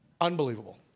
Unbelievable